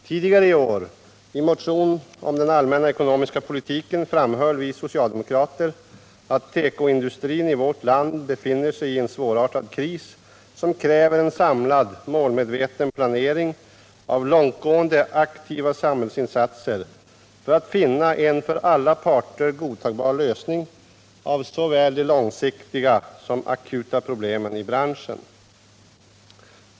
Tidigare i år, i motion om den allmänna ekonomiska politiken, framhöll vi socialdemokrater att tekoindustrin i vårt land befinner sig i en svårartad kris som kräver en samlad målmedveten planering av långtgående aktiva samhällsinsatser för att finna en för alla parter godtagbar lösning av såväl de långsiktiga som de akuta problemen i branschen.